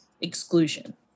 exclusion